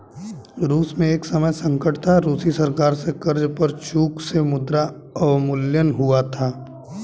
रूस में एक समय संकट था, रूसी सरकार से कर्ज पर चूक से मुद्रा अवमूल्यन हुआ था